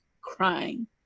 crying